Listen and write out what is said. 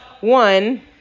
One